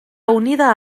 unida